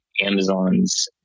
Amazon's